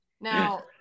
Now